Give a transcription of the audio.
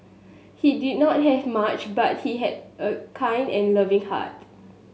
he did not have much but he had a kind and loving heart